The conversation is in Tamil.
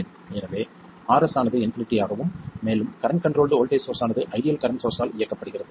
எனவே Rs ஆனது இன்பினிட்டி ஆகவும் மேலும் கரண்ட் கண்ட்ரோல்ட் வோல்ட்டேஜ் சோர்ஸ் ஆனது ஐடியல் கரண்ட் சோர்ஸ் ஆல் இயக்கப்படுகிறது